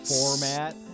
format